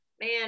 man